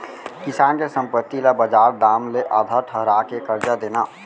किसान के संपत्ति ल बजार दाम ले आधा ठहरा के करजा देना